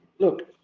look,